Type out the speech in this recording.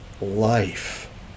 life